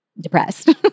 depressed